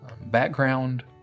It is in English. background